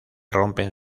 rompen